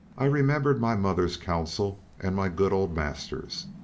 i remembered my mother's counsel and my good old master's,